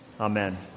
Amen